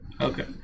Okay